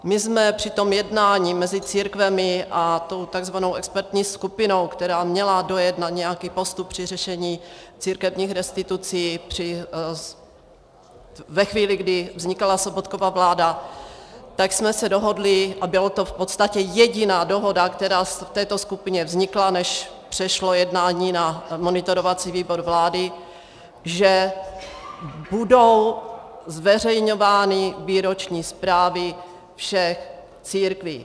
My jsme při jednání mezi církvemi a tou takzvanou expertní skupinou, která měla dojednat nějaký postup při řešení církevních restitucí ve chvíli, kdy vznikala Sobotkova vláda, tak jsme se dohodli, a byla to v podstatě jediná dohoda, která v této skupině vznikla, než přešlo jednání na monitorovací výbor vlády, že budou zveřejňovány výroční zprávy všech církví.